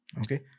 Okay